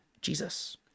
Jesus